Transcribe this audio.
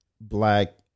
black